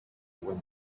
when